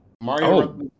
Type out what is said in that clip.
Mario